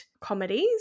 comedies